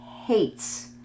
hates